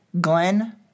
Glenn